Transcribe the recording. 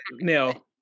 Now